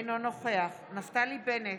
אינו נוכח נפתלי בנט,